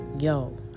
yo